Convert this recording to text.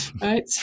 right